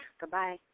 Goodbye